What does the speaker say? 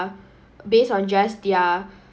based on just their